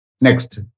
Next